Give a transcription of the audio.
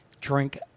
drink